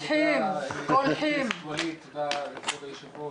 תודה חבר הכנסת ווליד, תודה לכבוד היושב-ראש.